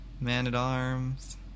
man-at-arms